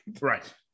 Right